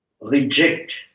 reject